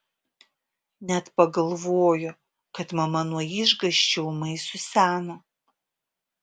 net pagalvojo kad mama nuo išgąsčio ūmai suseno